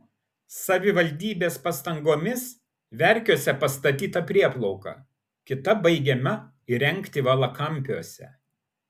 savivaldybės pastangomis verkiuose pastatyta prieplauka kita baigiama įrengti valakampiuose